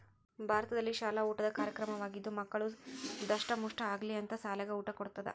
ಭಾರತದಲ್ಲಿಶಾಲ ಊಟದ ಕಾರ್ಯಕ್ರಮವಾಗಿದ್ದು ಮಕ್ಕಳು ದಸ್ಟಮುಷ್ಠ ಆಗಲಿ ಅಂತ ಸಾಲ್ಯಾಗ ಊಟ ಕೊಡುದ